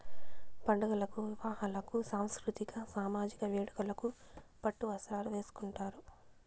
పండుగలకు వివాహాలకు సాంస్కృతిక సామజిక వేడుకలకు పట్టు వస్త్రాలు వేసుకుంటారు